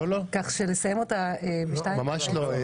ממש לא.